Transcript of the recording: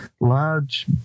large